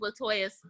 Latoya